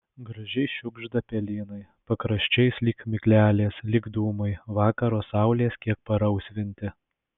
gražiai šiugžda pelynai pakraščiais lyg miglelės lyg dūmai vakaro saulės kiek parausvinti